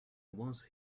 was